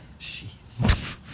Jeez